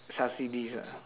subsidies ah